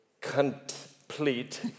complete